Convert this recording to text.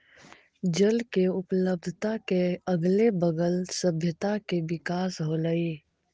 जल के उपलब्धता के अगले बगल सभ्यता के विकास होलइ